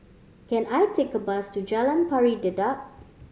can I take a bus to Jalan Pari Dedap